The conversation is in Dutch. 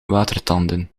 watertanden